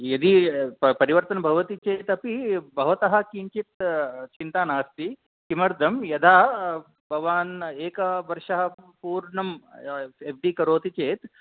यदि परिवर्तनं भवति चेत् अपि भवतः किञ्चित् चिन्ता नास्ति किमर्थं यदा भवान् एकवर्षः पूर्णं एफ़् डि करोति चेत्